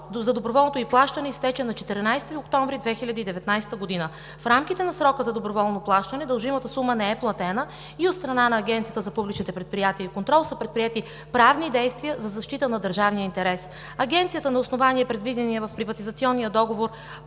за доброволното им плащане изтече на 14 октомври 2019 г. В рамките на срока за доброволно плащане дължимата сума не е платена и от страна на Агенцията за публичните предприятия и контрол са предприети правни действия за защита на държавния интерес. Агенцията на основание предвидената в приватизационния договор